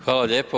Hvala lijepo.